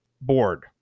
board